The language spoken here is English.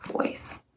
voice